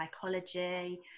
psychology